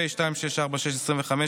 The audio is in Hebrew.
פ/2646/25,